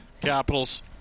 Capitals